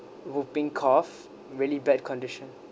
whooping cough really bad condition